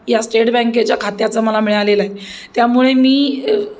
या स्टेट बँकेच्या खात्याचा मला मिळालेलं आहे त्यामुळे मी